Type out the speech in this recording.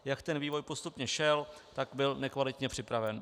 Jak ten vývoj postupně šel, byl nekvalitně připraven.